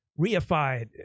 reified